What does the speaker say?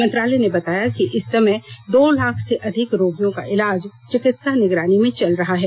मंत्रालय ने बताया कि इस समय दो लाख से अधिक रोगियों का इलाज चिकित्सा निगरानी में चल रहा है